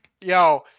yo